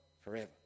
forever